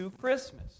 Christmas